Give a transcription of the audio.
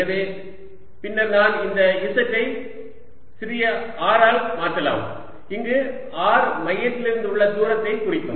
எனவே பின்னர் நான் இந்த z ஐ சிறிய r ஆல் மாற்றலாம் அங்கு r மையத்திலிருந்து உள்ள தூரத்தைக் குறிக்கும்